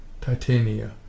Titania